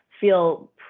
feel